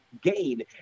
gain